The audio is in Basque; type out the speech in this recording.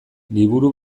liburu